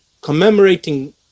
commemorating